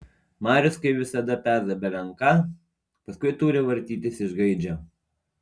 marius kaip visada peza belen ką paskui turi vartytis iš gaidžio